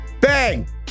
Bang